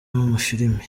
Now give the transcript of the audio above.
w’amafilimi